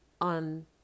on